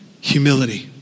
Humility